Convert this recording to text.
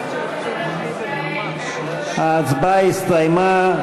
ההצבעה הסתיימה.